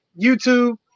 YouTube